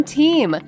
team